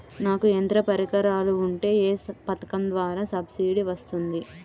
నాకు యంత్ర పరికరాలు ఉంటే ఏ పథకం ద్వారా సబ్సిడీ వస్తుంది?